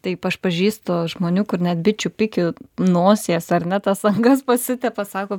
taip aš pažįstu žmonių kur net bičių pikiu nosies ar ne tas angas pasitepa sako